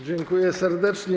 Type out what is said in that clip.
Dziękuję serdecznie.